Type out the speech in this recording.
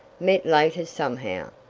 met later somehow,